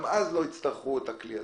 גם אז לא יצטרכו את הכלי הזה.